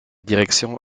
direction